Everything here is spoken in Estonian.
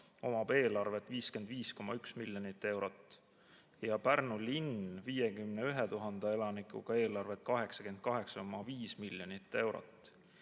omab eelarvet 55,1 miljonit eurot, aga Pärnu linnal 51 000 elanikuga on eelarve 88,5 miljonit eurot.